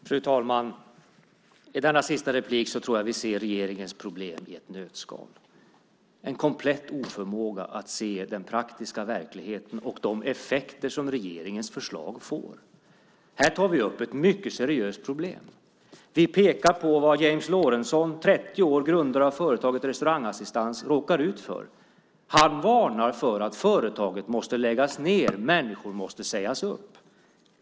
Fru talman! I detta sista inlägg tror jag vi ser regeringens problem i ett nötskal - en komplett oförmåga att se den praktiska verkligheten och de effekter som regeringens förslag får. Här tar vi upp ett mycket seriöst problem. Vi pekar på vad James Lorentzon, 30 år och grundare av företaget Restaurangassistans råkar ut för. Han varnar för att företaget måste läggas ned. Människor måste sägas upp.